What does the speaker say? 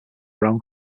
brown